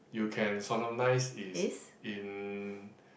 you can solemnise is in